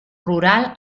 rural